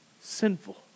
sinful